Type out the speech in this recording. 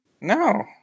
No